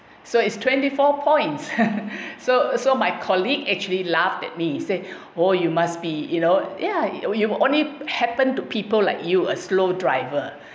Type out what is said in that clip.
so it's twenty four points so so my colleague actually laughed at me say oh you must be you know ya you you only happen to people like you a slow driver